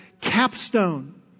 capstone